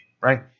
right